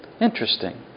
interesting